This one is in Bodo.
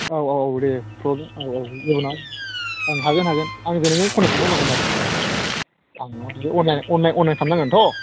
औ औ औ दे औ औ जेबो नङा ओं हागोन हागोन आंजोंनो कनथेक्ट खालामग्रोनांगोन आरो आं माने अनलाइन खालाम नांगोनथ'